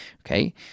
Okay